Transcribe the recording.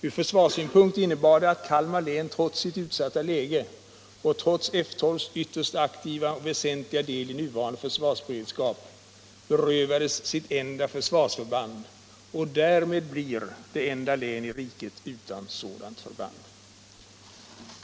Från försvarssynpunkt innebar det att Kalmar län, trots sitt utsatta läge och trots F 12:s ytterst aktiva och betydelsefulla del i den nuvarande försvarsberedskapen, berövades sitt enda försvarsförband och därmed blir det enda län i riket utan sådant förband.